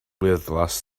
wyrddlas